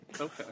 Okay